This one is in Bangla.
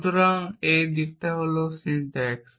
সুতরাং এই দিকটি হল সিনট্যাক্স